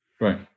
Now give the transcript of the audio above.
right